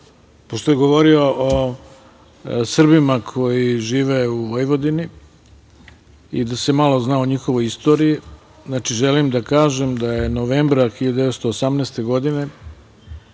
pošto je govorio o Srbima koji žive u Vojvodini, i da se malo zna o njihovoj istoriji, znači želim da kažem da je novembra meseca 1918. godine